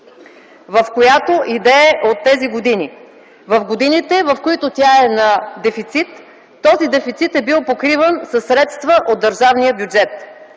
в която и да е от тези години”. В годините, в които тя е на дефицит, този дефицит е бил покриван със средства от държавния бюджет.